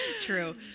True